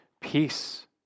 peace